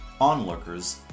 onlookers